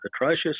atrocious